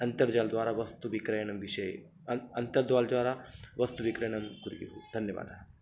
अन्तर्जालद्वारा वस्तुविक्रयणं विषये अन् अन्तर्जालद्वारा वस्तुविक्रयणं कुर्युः धन्यवादः